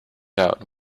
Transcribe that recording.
out